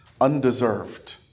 undeserved